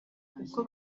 kuko